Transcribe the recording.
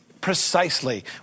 precisely